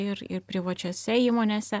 ir ir privačiose įmonėse